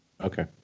Okay